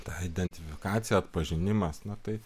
ta identifikacija atpažinimas na tai